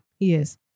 Yes